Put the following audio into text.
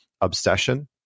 obsession